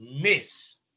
Miss